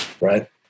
right